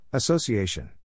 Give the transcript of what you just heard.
Association